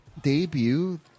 debut